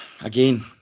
again